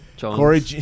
Corey